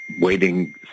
waiting